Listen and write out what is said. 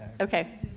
okay